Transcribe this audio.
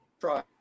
Try